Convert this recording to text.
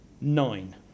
Nine